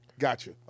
Gotcha